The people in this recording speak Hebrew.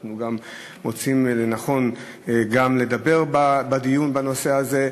אנחנו מוצאים לנכון גם לדבר בדיון בנושא הזה,